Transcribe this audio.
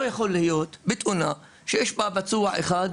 לא יכול להיות בתאונה שיש בה פצוע אחד,